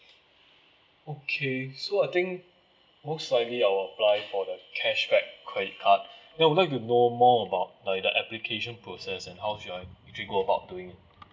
okay so I think most likely I will apply for the cashback credit card then I would like to know more about like the application process and how should I actually go about doing